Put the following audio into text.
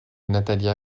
natalia